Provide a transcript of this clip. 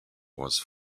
was